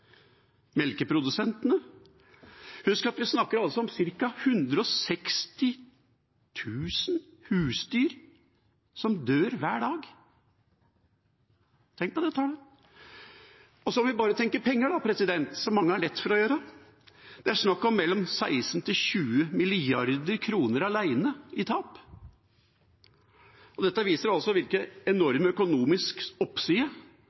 Melkeprodusentene? Husk at vi snakker om ca. 160 000 husdyr som dør hver dag. Tenk på det tallet! Så kan vi bare tenke penger, som mange har lett for å gjøre. Det er snakk om 16–20 mrd. kr alene i tap. Dette viser hvilken enorm økonomisk oppside